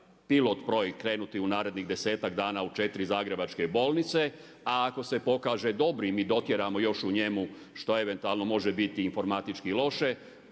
pilot projekt krenuti u narednih desetak dana u četiri zagrebačke bolnice, a ako se pokaže dobrim i dotjeramo još u njemu što eventualno može bit informatički loše,